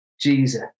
Jesus